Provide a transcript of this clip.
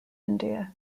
india